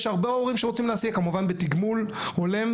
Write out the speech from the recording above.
יש הרבה הורים שרוצים להסיע, כמובן, בתגמול הולם.